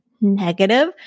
negative